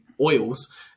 oils